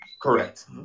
Correct